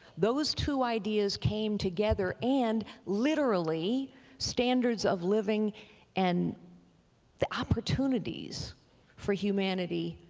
those two ideas came together and literally standards of living and the opportunities for humanity,